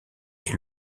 est